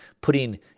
putting